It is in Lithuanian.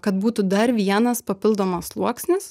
kad būtų dar vienas papildomas sluoksnis